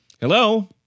hello